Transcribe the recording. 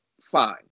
fine